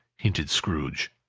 hinted scrooge.